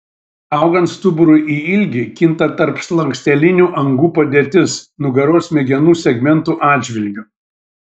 augant stuburui į ilgį kinta tarpslankstelinių angų padėtis nugaros smegenų segmentų atžvilgiu